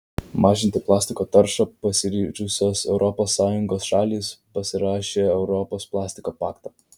mažinti plastiko taršą pasiryžusios europos sąjungos šalys pasirašė europos plastiko paktą